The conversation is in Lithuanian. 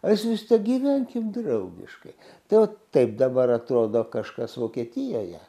o jis vistiek gyvenkim draugiškai tai vat taip dabar atrodo kažkas vokietijoje